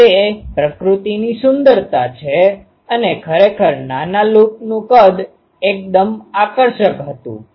તો તે પ્રકૃતિની સુંદરતા છે અને ખરેખર નાના લૂપનું કદ એકદમ આકર્ષક હતું